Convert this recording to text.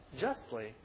justly